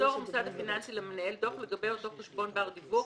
ימסור המוסד הפיננסי למנהל דוח לגבי אותו חשבון בר דיווח